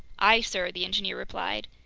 aye, sir, the engineer replied.